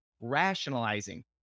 rationalizing